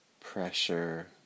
pressure